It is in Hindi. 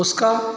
उसका